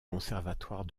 conservatoire